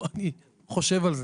אני חושב על זה.